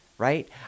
right